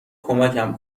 کمکم